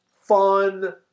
fun